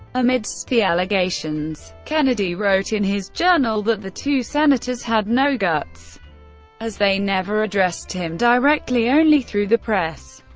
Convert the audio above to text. amidst the allegations, kennedy wrote in his journal that the two senators had no guts as they never addressed him directly, only through the press.